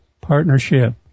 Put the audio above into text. partnership